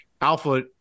alpha